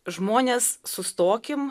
žmonės sustokim